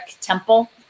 temple